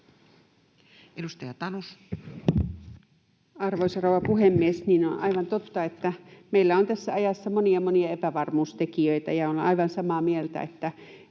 Content: Arvoisa rouva puhemies! Niin, on aivan totta, että meillä on tässä ajassa monia, monia epävarmuustekijöitä, ja olen aivan samaa mieltä, että